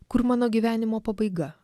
kur mano gyvenimo pabaiga